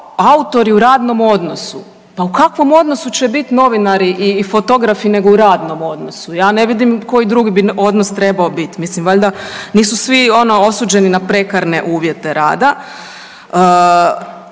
autori u radnom odnosu. Pa u kakvom odnosu će biti novinari i fotografi nego u radnom odnosu. Ja ne vidim koji drugi bi odnos trebao biti. Mislim valjda nisu svi ono osuđeni na prekarne uvjete rada.